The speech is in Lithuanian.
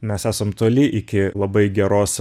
mes esam toli iki labai geros